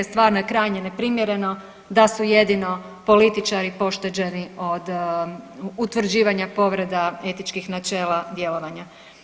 Stvarno je krajnje neprimjereno da su jedino političari pošteđeni od utvrđivanja povreda etičkih načela djelovanja.